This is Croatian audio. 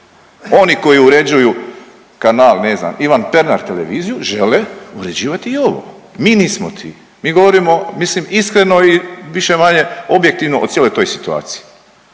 Oni koji uređuju kanal ne znam Ivan Pernar televiziju žele uređivati i ovu. Mi nismo ti. Mi govorimo mislim iskreno i više-manje objektivno o cijeloj toj situaciji.